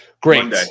Great